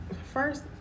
first